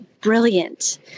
brilliant